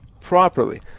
properly